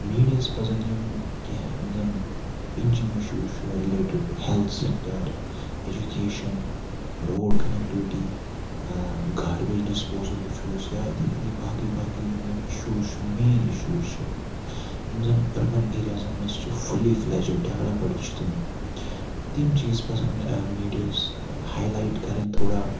media ہس پَزَن یِم کینٛہہ یِم زَن پِنٛچِنٛگ اِشوٗز چھِ related to health sector education road connectivity garbage disposal وٕچھو أسۍ یا یِتھٕے کٔنی یِم زَن باقٕے باقٕے اِشوٗز چھِ یِم زن مین اِشوٗز چھِ یِم زَن أربن ایٚریازَن منٛز چھِ فُلی فٕلیجٕڈ ڈیولَپٕڈ چھِ تِم چیٖز پَزَن میٖڈیا ہس ہاے لایِٹ کَرٕنۍ تھوڑا